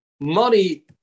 Money